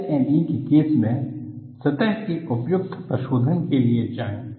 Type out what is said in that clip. LME के case में सतह के उपयुक्त प्रशोधन के लिए जाएं